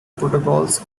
protocols